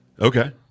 Okay